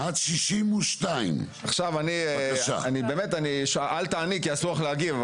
עכשיו הסתייגויות 59 עד 62. אל תעני כי אסור לך להגיב,